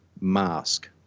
Mask